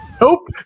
Nope